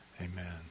amen